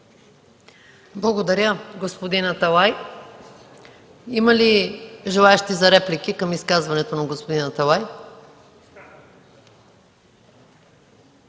Благодаря, господин Аталай. Има ли желаещи за реплики към изказването на господин Аталай?